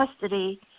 custody